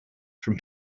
from